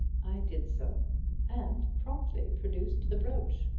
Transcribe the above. i did so and promptly produced the brooch.